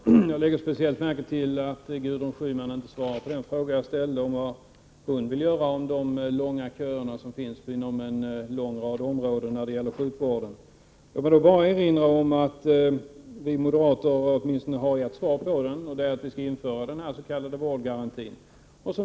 Herr talman! Jag lägger speciellt märke till att Gudrun Schyman inte svarar på den fråga jag ställde om vad hon vill göra åt de stora köerna som finns på en lång rad områden när det gäller sjukvården. Låt mig då bara erinra om att vi moderater har åtminstone ett svar på den frågan, och det är att vi skall införa den s.k. vårdgarantin.